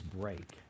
break